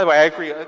so i agree. ah